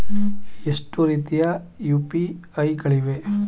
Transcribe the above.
ಎಷ್ಟು ರೀತಿಯ ಯು.ಪಿ.ಐ ಗಳಿವೆ?